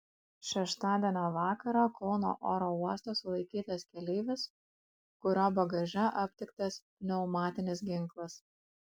šeštadienio vakarą kauno oro uoste sulaikytas keleivis kurio bagaže aptiktas pneumatinis ginklas